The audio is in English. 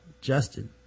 justin